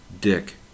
Dick